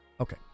Okay